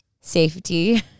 safety